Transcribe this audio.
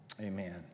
Amen